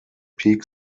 peak